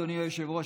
אדוני היושב-ראש,